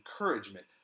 encouragement